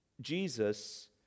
Jesus